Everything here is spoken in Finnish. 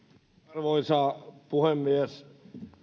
arvoisa puhemies